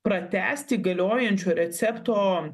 pratęsti galiojančio recepto